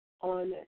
On